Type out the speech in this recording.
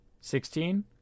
Sixteen